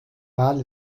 wal